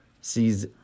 sees